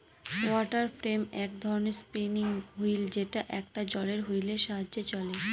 water frame এক ধরনের spinning wheel যেটা একটা জলের হুইলের সাহায্যে চলে